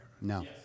No